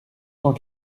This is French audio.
cent